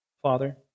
Father